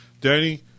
Danny